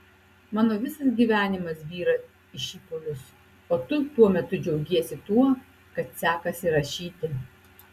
mano visas gyvenimas byra į šipulius o tu tuo metu džiaugiesi tuo kad sekasi rašyti